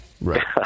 Right